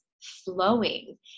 flowing